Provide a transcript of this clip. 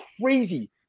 crazy